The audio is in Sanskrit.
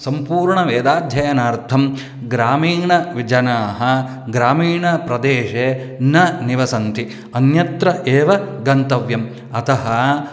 सम्पूर्णवेदाध्ययनार्थं ग्रामीण विजनाः ग्रामीणप्रदेशे न निवसन्ति अन्यत्र एव गन्तव्यम् अतः